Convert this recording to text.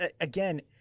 again